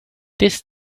this